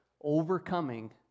overcoming